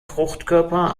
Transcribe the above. fruchtkörper